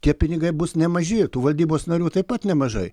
tie pinigai bus nemaži tų valdybos narių taip pat nemažai